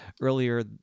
earlier